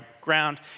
ground